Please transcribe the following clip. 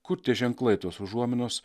kur tie ženklai tos užuominos